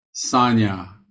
sanya